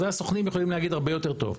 זה הסוכנים יכולים להגיד הרבה יותר טוב.